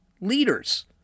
leaders